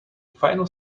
final